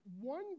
one